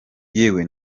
yewe